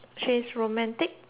tic